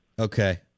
Okay